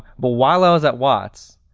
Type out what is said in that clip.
but while i was at watts,